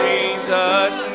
Jesus